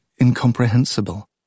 incomprehensible